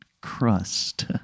crust